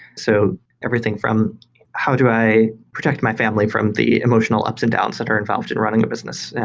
so everything from how do i protect my family from the emotional ups and downs that are involved in running a business. yeah